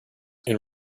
and